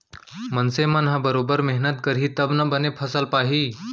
मनसे मन ह बरोबर मेहनत करही तब ना बने फसल पाही